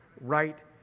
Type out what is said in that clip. right